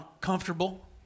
comfortable